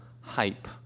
hype